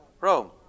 Rome